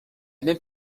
même